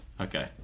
Okay